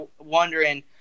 wondering